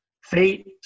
Fate